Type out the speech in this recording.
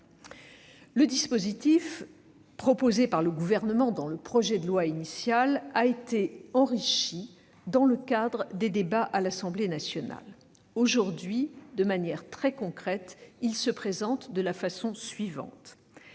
Le dispositif proposé par le Gouvernement dans le projet de loi initial a été enrichi dans le cadre des débats à l'Assemblée nationale. Aujourd'hui, de manière très concrète, il se présente de la façon suivante.